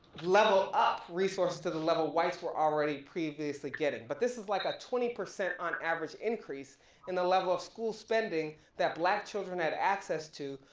level up resources to the level whites were already previously getting. but this is like a twenty percent on average increase in the level of school spending that black children had access to.